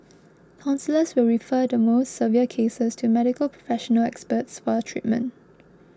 counsellors will refer the more severe cases to Medical Professional Experts for treatment